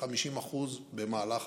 ו-50% במהלך